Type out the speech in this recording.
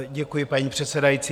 Děkuji, paní předsedající.